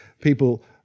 people